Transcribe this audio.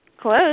Close